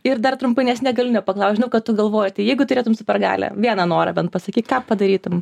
ir dar trumpai nes negaliu nepaklaust žinau kad tu galvoji tai jeigu turėtum supergalią vieną norą bent pasakyti ką padarytum